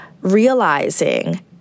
realizing